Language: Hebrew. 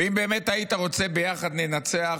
ואם באמת היית רוצה ב"יחד ננצח",